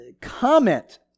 comment